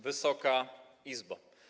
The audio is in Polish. Wysoka Izbo!